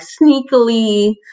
sneakily